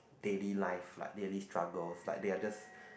daily life like daily struggles like they are just